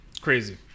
crazy